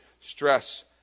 stress